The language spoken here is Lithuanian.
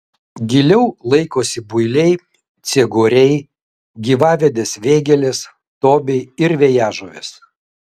giliau laikosi builiai ciegoriai gyvavedės vėgėlės tobiai ir vėjažuvės